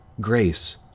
Grace